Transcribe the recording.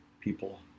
people